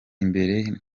imbere